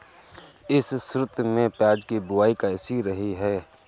इस ऋतु में प्याज की बुआई कैसी रही है?